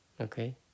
Okay